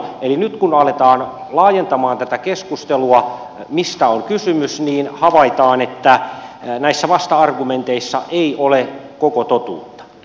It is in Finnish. eli nyt kun aletaan laajentamaan tätä keskustelua mistä on kysymys niin havaitaan että näissä vasta argumenteissa ei ole koko totuutta